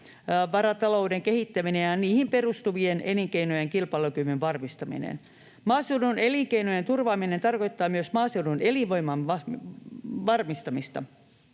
luonnonvaratalouden kehittäminen ja niihin perustuvien elinkeinojen kilpailukyvyn varmistaminen. Maaseudun elinkeinojen turvaaminen tarkoittaa myös maaseudun elinvoiman varmistamista.